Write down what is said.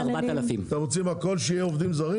אתם רוצים שהכול יהיה עובדים זרים?